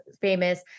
famous